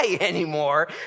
anymore